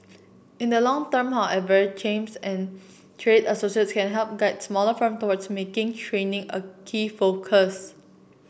in the long term however chambers and trade associations can help guide smaller firms towards making training a key focus